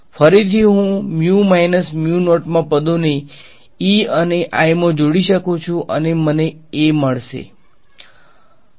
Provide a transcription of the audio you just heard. ફરીથી હું માં પદોને E અને I મા જોડી શકુ છું અને મને a મળશે